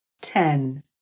ten